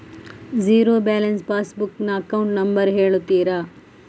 Zero balance passbook ನ account number ಹೇಳುತ್ತೀರಾ?